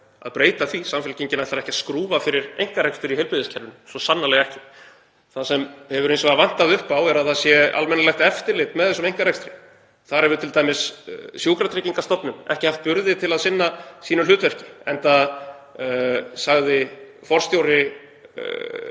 að breyta því. Samfylkingin ætlar ekki að skrúfa fyrir einkarekstur í heilbrigðiskerfinu, svo sannarlega ekki. Það sem hefur hins vegar vantað upp á er að það sé almennilegt eftirlit með þessum einkarekstri. Þar hefur t.d. sjúkratryggingastofnunin ekki haft burði til að sinna sínu hlutverki, enda sagði fyrrverandi